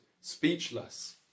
speechless